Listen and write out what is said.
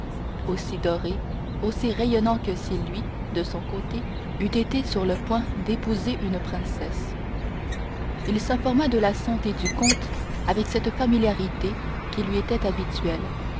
aussi doré aussi rayonnant que si lui de son côté eût été sur le point d'épouser une princesse il s'informa de la santé du comte avec cette familiarité qui lui était habituelle